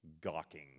gawking